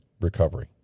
recovery